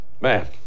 Man